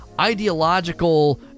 ideological